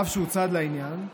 אף שהוא צד לעניין,